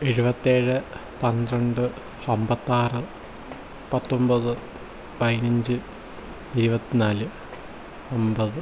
എഴുപത്തേഴ് പന്ത്രണ്ട് അൻപത്താറ് പത്തൊൻപത് പതിനഞ്ച് ഇരുപത്തി നാല് അൻപത്